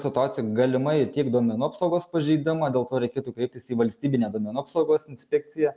situacijoj galimai tiek duomenų apsaugos pažeidimą dėl ko reikėtų kreiptis į valstybinę duomenų apsaugos inspekciją